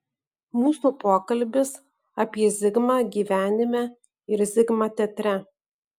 mūsų pokalbis apie zigmą gyvenime ir zigmą teatre